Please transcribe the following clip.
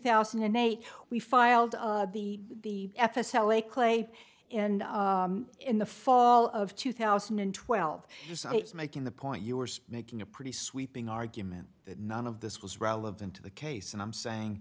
thousand and eight we filed the f s l a clay and in the fall of two thousand and twelve making the point you were so making a pretty sweeping argument that none of this was relevant to the case and i'm saying